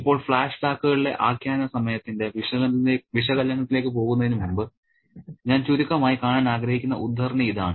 ഇപ്പോൾഫ്ലാഷ്ബാക്കുകളിലെ ആഖ്യാന സമയത്തിന്റെ വിശകലനത്തിലേക്ക് പോകുന്നതിന് മുമ്പ് ഞാൻ ചുരുക്കമായി കാണാൻ ആഗ്രഹിക്കുന്ന ഉദ്ധരണി ഇതാണ്